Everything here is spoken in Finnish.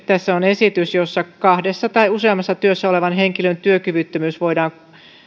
tässä on esitys jossa kahdessa tai useammassa työssä olevan henkilön työkyvyttömyys